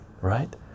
right